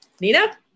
Nina